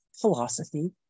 Philosophy